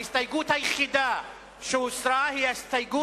ההסתייגות היחידה שהוסרה היא ההסתייגות